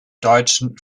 deutschen